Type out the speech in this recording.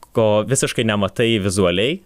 ko visiškai nematai vizualiai